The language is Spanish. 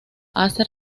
hace